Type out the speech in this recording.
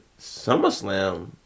SummerSlam